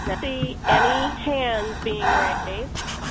see any hands being raised,